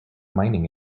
mining